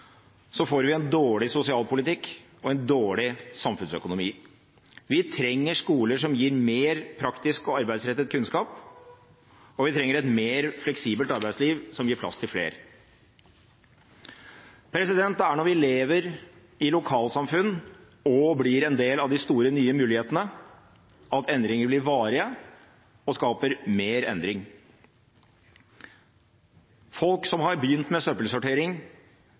så skremmende stort frafall i dag, får vi en dårlig sosialpolitikk og en dårlig samfunnsøkonomi. Vi trenger skoler som gir mer praktisk og arbeidsrettet kunnskap, og vi trenger et mer fleksibelt arbeidsliv som gir plass til flere. Det er når vi lever i lokalsamfunn og blir en del av de store, nye mulighetene, at endringer blir varige og skaper mer endring. Folk som har begynt med søppelsortering,